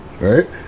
right